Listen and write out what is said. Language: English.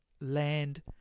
land